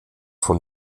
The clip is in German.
von